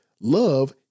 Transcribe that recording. love